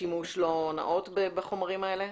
שימוש לא נאות בחומרים האלה?